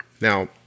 Now